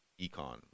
econ